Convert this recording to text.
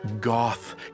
goth